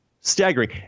staggering